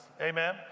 Amen